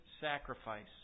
sacrifice